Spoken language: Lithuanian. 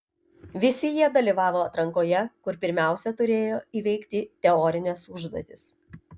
visi jie dalyvavo atrankoje kur pirmiausia turėjo įveikti teorines užduotis